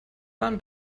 waren